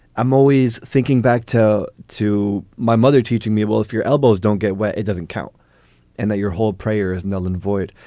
i'm always thinking back to to my mother, teaching me, well, if your elbows don't get wet, it doesn't count and that your whole prayer is null and void.